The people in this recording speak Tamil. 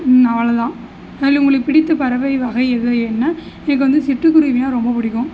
அவ்வளோதான் அதில் உங்களுக்கு பிடித்த பறவை வகை எது என்ன எனக்கு வந்து சிட்டுக்குருவினா ரொம்ப பிடிக்கும்